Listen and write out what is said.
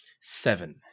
Seven